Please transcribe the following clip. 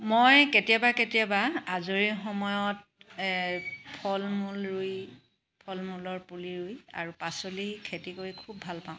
মই কেতিয়াবা কেতিয়াবা আজৰি সময়ত ফল মূল ৰুই ফল মূলৰ পুলি ৰুই আৰু পাচলি খেতি কৰি খুব ভাল পাওঁ